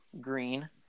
green